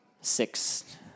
six